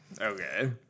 Okay